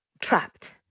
trapped